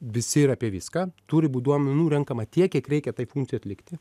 visi ir apie viską turi būt duomenų renkama tiek kiek reikia tai funkcijai atlikti